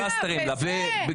אה, בזה.